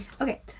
Okay